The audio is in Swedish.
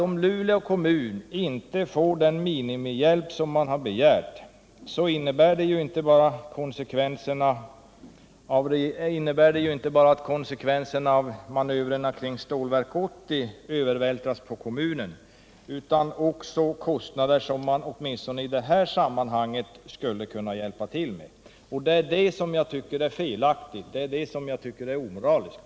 Om Luleå kommun inte får den minimihjälp som kommunen har begärt innebär det inte bara att konsekvenserna av manövrerna kring Stålverk 80 övervältras på kommunen utan också att sådana kostnader vältras över som man åtminstone i det här sammanhanget skulle kunna hjälpa till med. Detta tycker jag är felaktigt och omoraliskt.